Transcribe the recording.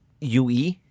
UE